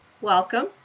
welcome